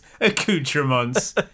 accoutrements